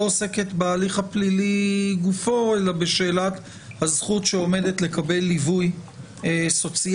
לא עוסקת בהליך הפלילי גופו אלא בשאלת הזכות שעומדת לקבל ליווי סוציאלי,